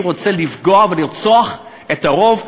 במי שרוצה לפגוע ולרצוח את הרוב,